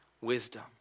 wisdom